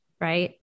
Right